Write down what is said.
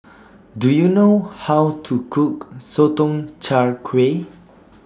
Do YOU know How to Cook Sotong Char Kway